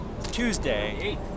Tuesday